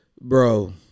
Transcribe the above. Bro